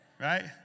Right